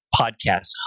podcast